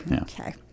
Okay